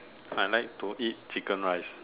I like to eat chicken rice